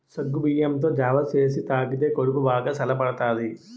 సగ్గుబియ్యంతో జావ సేసి తాగితే కడుపు బాగా సల్లబడతాది